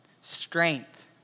strength